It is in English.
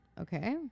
Okay